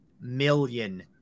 million